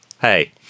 hey